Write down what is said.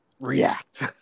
react